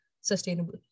sustainable